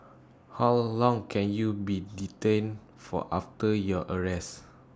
how long can you be detained for after your arrest